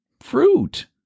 Fruit